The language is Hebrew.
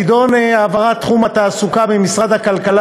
הנדון: העברת תחום התעסוקה ממשרד הכלכלה